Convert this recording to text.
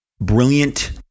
brilliant